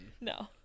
No